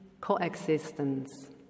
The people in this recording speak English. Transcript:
coexistence